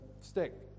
stick